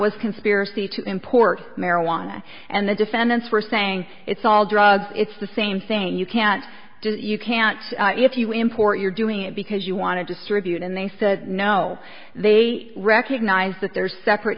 was conspiracy to import marijuana and the defendants were saying it's all drugs it's the same thing you can't do it you can't if you import you're doing it because you want to distribute and they said no they recognize that there are separate